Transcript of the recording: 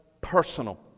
personal